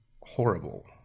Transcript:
horrible